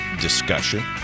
discussion